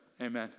amen